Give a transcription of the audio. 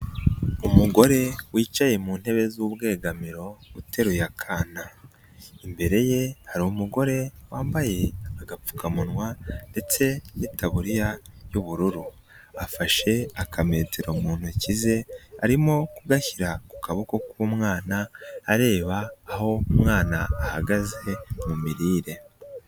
Umugore wicaye mu ntebe z'ubwegamiro uteruye akana, imbere ye hari umugore wambaye agapfukamunwa ndetse n'itaburiya y'ubururu afashe aka metero mu ntoki ze arimo kugashyira mu kaboko k'umwana areba aho umwana ahagaze mu mirire.